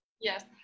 Yes